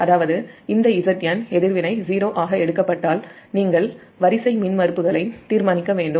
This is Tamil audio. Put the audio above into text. அதாவது இந்த Zn எதிர்வினை 0 ஆக எடுக்கப்பட்டால் நீங்கள் வரிசை மின்மறுப்புகளை தீர்மானிக்க வேண்டும்